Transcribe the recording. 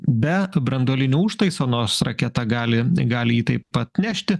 be branduolinio užtaiso nors raketa gali gali jį taip pat nešti